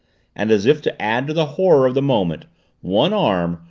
and as if to add to the horror of the moment one arm,